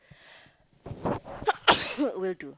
will do